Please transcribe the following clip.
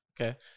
okay